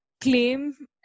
claim